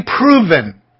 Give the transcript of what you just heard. proven